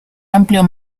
amplio